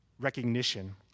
recognition